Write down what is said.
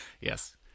Yes